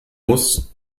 muss